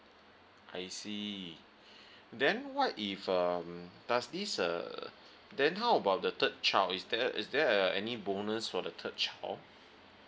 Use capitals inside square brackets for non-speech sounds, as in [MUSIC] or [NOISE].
I see [BREATH] then what if um does this uh then how about the third child is there is there uh any bonus for the third child